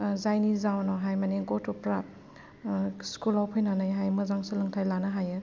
जायनि जाउनावहाय माने गथ'फोरा सकुल आव फैनानै मोजां सोलोंथाय लानो हायो